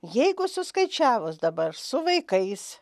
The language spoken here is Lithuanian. jeigu suskaičiavus dabar su vaikais